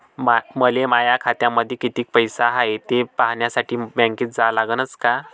मले माया खात्यामंदी कितीक पैसा हाय थे पायन्यासाठी बँकेत जा लागनच का?